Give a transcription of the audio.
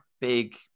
big